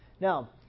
Now